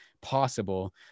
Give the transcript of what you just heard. possible